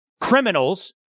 criminals